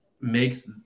makes